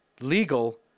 legal